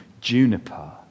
juniper